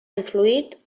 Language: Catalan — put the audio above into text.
influït